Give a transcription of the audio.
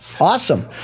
awesome